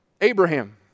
Abraham